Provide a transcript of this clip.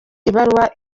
ibaruwa